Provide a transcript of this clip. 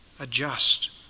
adjust